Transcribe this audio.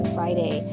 Friday